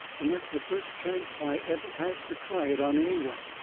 and that's the first chancet i ever has to try it on any one.